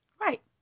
Right